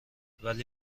ولی